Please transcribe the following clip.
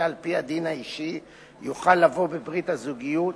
על-פי הדין האישי יוכל לבוא בברית הזוגיות,